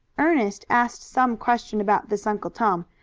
ernest asked some question about this uncle tom,